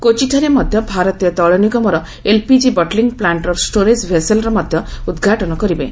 କୋଚିଠାରେ ମଧ୍ୟ ଭାରତୀୟ ତୈଳ ନିଗମର ଏଲପିଜି ବଟଲି ପ୍ଲାଷ୍ଟର ଭଣ୍ଣାର ପାତ୍ରର ମଧ୍ୟ ଉଦ୍ଘାଟନ କରିବେ